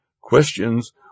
Questions